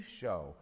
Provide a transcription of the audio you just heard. show